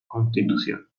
constitución